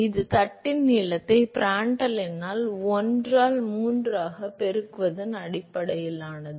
இது தட்டின் நீளத்தை ப்ராண்ட்ட்ல் எண்ணால் 1 ஆல் 3 ஆகப் பெருக்குவதன் அடிப்படையிலானது